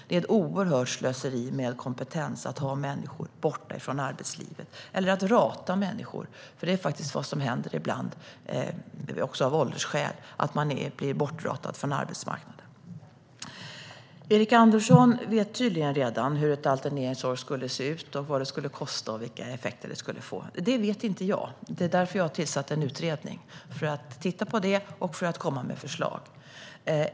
Det är ett oerhört slöseri med kompetens att människor är borta från arbetslivet eller att människor ratas. Det händer faktiskt ibland att människor också av åldersskäl blir bortratade från arbetsmarknaden. Erik Andersson vet tydligen redan hur ett alterneringsår skulle se ut, vad det skulle kosta och vilka effekter det skulle få. Det vet inte jag. Det är därför jag har tillsatt en utredning som ska titta på detta och komma med förslag.